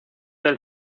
del